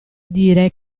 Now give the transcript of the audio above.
dire